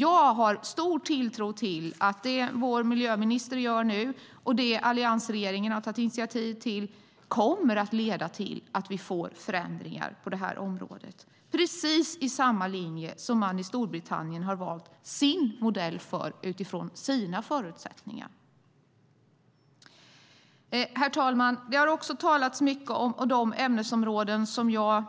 Jag har stor tilltro till att det vår miljöminister nu gör och det alliansregeringen har tagit initiativ till kommer att leda till att vi får förändringar på det här området. Det är precis i samma linje som man i Storbritannien har valt sin modell, utifrån sina förutsättningar. Herr talman! Det har också talats mycket om de ämnesområden som jag